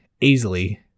easily